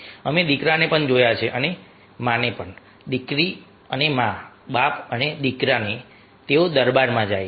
અમે દીકરાને પણ જોયા છે અને મા દીકરી અને મા બાપ અને દીકરાને તેઓ દરબારમાં જાય છે